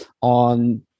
on